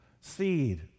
seed